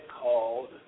called